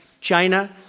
China